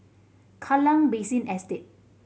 Kallang Basin Estate